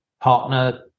partner